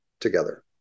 together